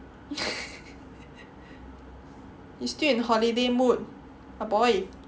you still in holiday mood ah boy